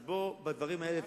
אז בדברים האלה לפחות,